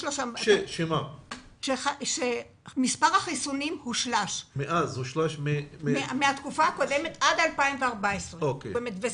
שם שמספר החיסונים הושלש מהתקופה הקודמת עד 2014. למעשה,